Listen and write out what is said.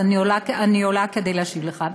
אז אני עולה כדי להשיב לך.